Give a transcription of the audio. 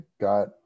got